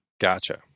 Gotcha